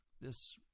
This